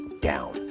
down